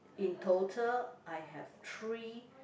in total I have three